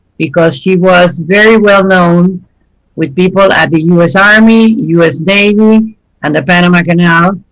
because she was very well-known with people at the u s. army, u s. navy and the panama canal,